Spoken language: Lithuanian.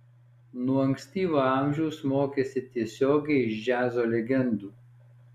nuo ankstyvo amžiaus mokėsi tiesiogiai iš džiazo legendų